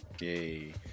Yay